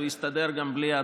אני מודה לך על כל מילה,